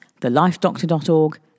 thelifedoctor.org